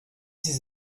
ses